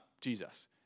Jesus